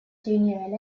junior